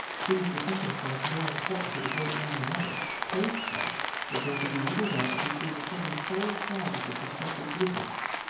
pleased to think himself more important to the great man than ever, told his wife that there could be little doubt of his being put in sole charge of the prospective glue-works.